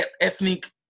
ethnic